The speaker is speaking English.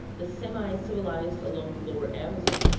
the semi-civilized along the lower amazon,